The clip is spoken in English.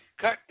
cut